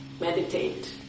meditate